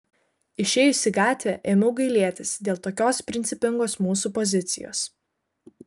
išėjus į gatvę ėmiau gailėtis dėl tokios principingos mūsų pozicijos